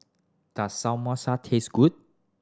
does Samosa taste good